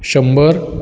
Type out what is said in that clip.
शंबर